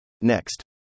Next